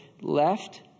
left